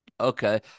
Okay